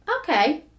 okay